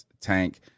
tank